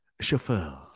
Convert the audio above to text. chauffeur